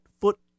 foot